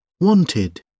wanted